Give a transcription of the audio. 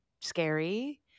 scary